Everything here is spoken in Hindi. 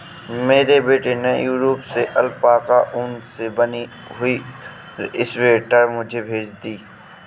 मेरे बेटे ने यूरोप से अल्पाका ऊन से बनी हुई स्वेटर मुझे भेजी है